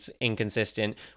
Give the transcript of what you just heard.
inconsistent